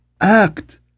act